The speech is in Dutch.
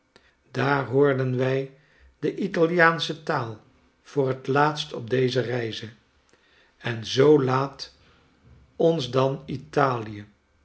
daar hoorden wij de italiaansche taal voor het laatst op deze reize en zoo laat ons dan italie